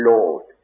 Lord